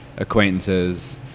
Acquaintances